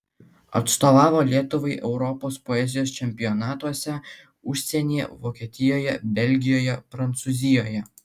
atstovavo lietuvai europos poezijos čempionatuose užsienyje vokietijoje belgijoje prancūzijoje